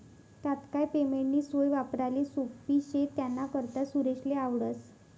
तात्काय पेमेंटनी सोय वापराले सोप्पी शे त्यानाकरता सुरेशले आवडस